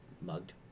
mugged